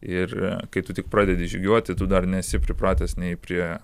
ir kai tu tik pradedi žygiuoti tu dar nesi pripratęs nei prie